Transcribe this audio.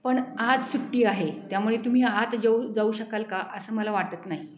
पण आज सुट्टी आहे त्यामुळे तुम्ही आत जऊ जाऊ शकाल का असं मला वाटत नाही